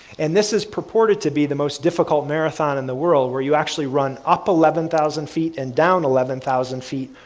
and this is purported to be the most difficult marathon in the world, where you actually run up eleven thousand feet and down eleven thousand feet,